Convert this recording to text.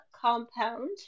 compound